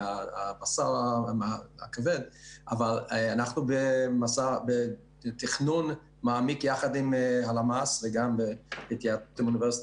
אבל אנחנו בתכנון מעמיק יחד עם הלמ"ס וגם בהתייעצות עם האוניברסיטה